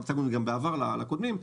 הצגנו אותה גם בעבר ליושבי-הראש הקודמים.